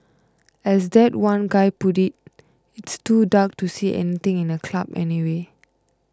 as that one guy put it it's too dark to see anything in a club anyway